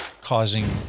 causing